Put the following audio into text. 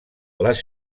les